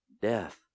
death